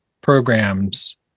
programs